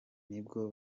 nibwo